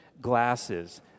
glasses